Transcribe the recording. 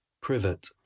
Privet